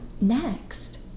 next